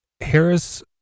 Harris